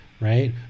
right